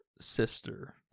sister